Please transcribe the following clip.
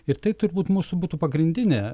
ir tai turbūt mūsų būtų pagrindinė